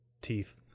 teeth